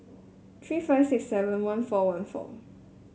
three five six seven one four one four